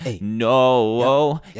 no